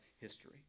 history